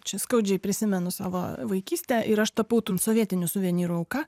čia skaudžiai prisimenu savo vaikystę ir aš tapau tų sovietinių suvenyrų auka